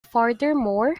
furthermore